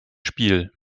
spiel